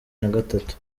nagatatu